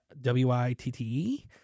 W-I-T-T-E